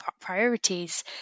priorities